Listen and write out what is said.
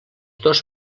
dos